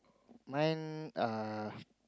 mine err